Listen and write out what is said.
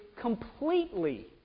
completely